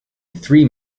three